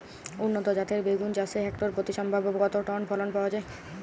উন্নত জাতের বেগুন চাষে হেক্টর প্রতি সম্ভাব্য কত টন ফলন পাওয়া যায়?